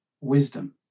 wisdom